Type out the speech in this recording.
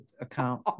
account